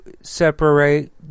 Separate